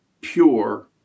pure